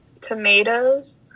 tomatoes